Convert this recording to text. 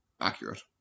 accurate